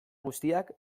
guztiak